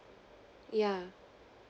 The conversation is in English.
yeah